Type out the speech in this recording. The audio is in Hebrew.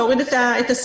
להוריד את הסיכויים.